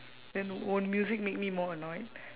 then won't music make me more annoyed